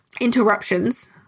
interruptions